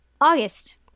August